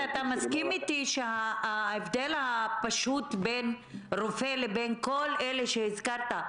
מסכים אתי שההבדל הפשוט בין רופא לבין כל אלה שהזכרת,